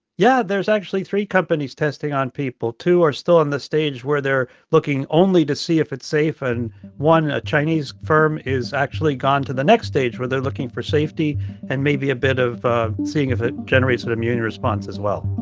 yeah. there's actually three companies testing on people. two are still in the stage where they're looking only to see if it's safe, and one chinese firm is actually gone to the next stage where they're looking for safety and maybe a bit of seeing if it generates an immune response as well